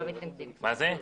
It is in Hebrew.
מה זה?